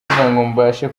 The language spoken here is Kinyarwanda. mbashe